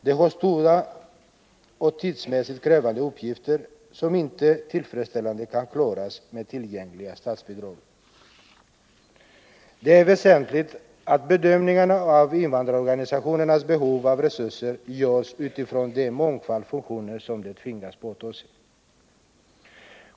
De har stora och tidsmässigt krävande uppgifter, som inte tillfredsställande kan klaras med tillgängliga statsbidrag. Det är väsentligt att bedömningarna av invandrarorganisationernas behov av resurser görs utifrån den mångfald funktioner som de tvingas påta sig.